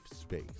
space